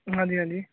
ਹਾਂਜੀ ਹਾਂਜੀ